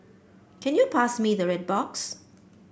can you pass me the red box